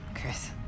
Chris